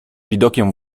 widokiem